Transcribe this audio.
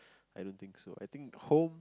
I don't think so I think home